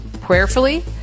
prayerfully